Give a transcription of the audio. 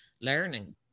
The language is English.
learning